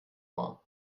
war